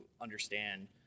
understand